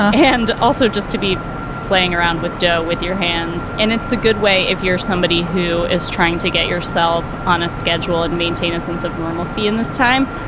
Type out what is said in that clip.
and also just to be playing around with dough with your hands. and it's a good way if you're somebody who. is trying to get yourself on a schedule and maintain a sense of normalcy in this time.